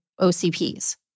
OCPs